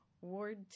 Ward